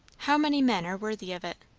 how many men are worthy of it?